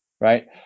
right